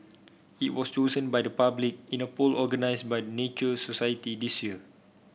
it was chosen by the public in a poll organised by the Nature Society this year